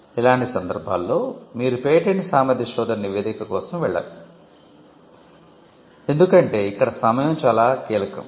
ఇలాంటి సందర్భాల్లో మీరు పేటెంట్ సామర్థ్య శోధన నివేదిక కోసం వెళ్ళరు ఎందుకంటే ఇక్కడ సమయం చాలా కీలకం